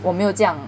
我没有这样